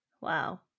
Wow